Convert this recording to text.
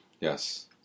Yes